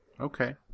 Okay